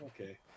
Okay